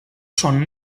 són